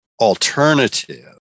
alternative